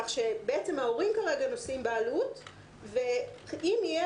בעצם ההורים כרגע נושאים בעלות ואם יהיה